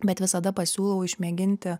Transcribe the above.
bet visada pasiūlau išmėginti